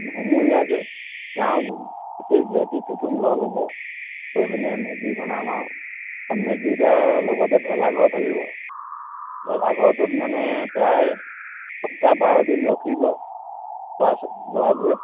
সমূহীয়া যে গাঁৱৰ গোটেই কুটুম লগ হ'ব হৈ পিনে মেজি বনাম আৰু মেজি তাৰ লগতে ভেলাঘৰ থাকিব ভেলাৰটোত মানে প্ৰায় সপ্তাহ বাৰদিন ৰখিব ল'ৰা ছ ল'ৰাবোৰে